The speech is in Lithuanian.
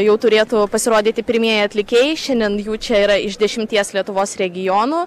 jau turėtų pasirodyti pirmieji atlikėjai šiandien jų čia yra iš dešimties lietuvos regionų